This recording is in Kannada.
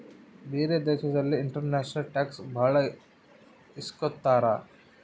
ಬೇರೆ ದೇಶದಲ್ಲಿ ಇಂಟರ್ನ್ಯಾಷನಲ್ ಟ್ಯಾಕ್ಸ್ ಭಾಳ ಇಸ್ಕೊತಾರ